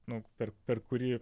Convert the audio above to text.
nu per per kurį